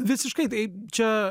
visiškai tai čia